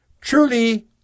truly